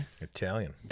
Italian